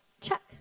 Check